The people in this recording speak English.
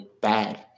bad